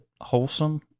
wholesome